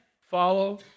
follow